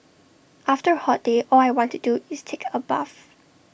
after A hot day all I want to do is take A bath